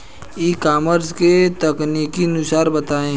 ई commerce के तकनीकी नुकसान बताएं?